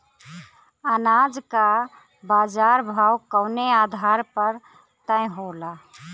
अनाज क बाजार भाव कवने आधार पर तय होला?